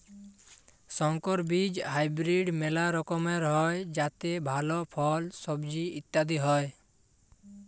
সংকর বীজ হাইব্রিড মেলা রকমের হ্যয় যাতে ভাল ফল, সবজি ইত্যাদি হ্য়য়